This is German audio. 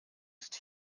ist